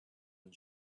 and